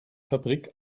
fabrik